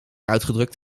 uitgedrukt